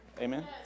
Amen